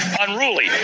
unruly